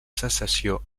sensació